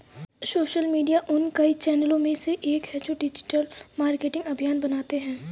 social media उन कई चैनलों में से एक है जो डिजिटल मार्केटिंग अभियान बनाते हैं